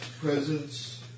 Presence